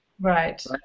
Right